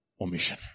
omission